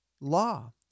law